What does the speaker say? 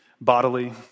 bodily